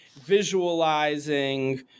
Visualizing